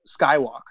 Skywalk